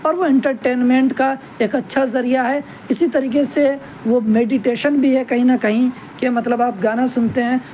اور وہ انٹرٹینمینٹ کا ایک اچھا ذریعہ ہے اسی طریقے سے وہ میڈیٹیشن بھی ہے کہیں نہ کہیں کہ مطلب آپ گانا سنتے ہیں تو آپ